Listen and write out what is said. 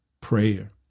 prayer